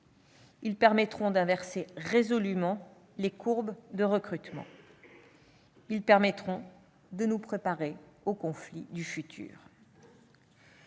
Ils permettront d'inverser résolument la courbe des recrutements et de nous préparer aux conflits du futur.